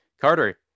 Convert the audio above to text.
Carter